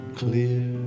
clear